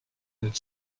une